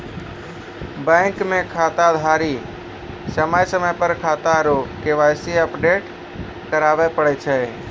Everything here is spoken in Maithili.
बैंक मे खाताधारी समय समय पर खाता रो के.वाई.सी अपडेट कराबै पड़ै छै